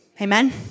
Amen